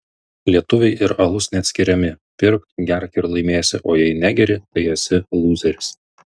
lietuviai ir alus neatskiriami pirk gerk ir laimėsi o jei negeri tai esi lūzeris